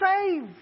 Save